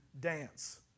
dance